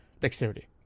Dexterity